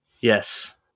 Yes